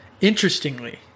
interestingly